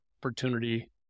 opportunity